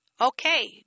Okay